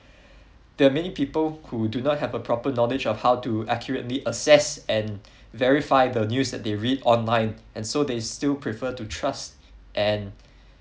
there are many people who do not have a proper knowledge of how to accurately access and verify the news that they read online and so they still prefer to trust and